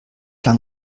lang